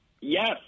Yes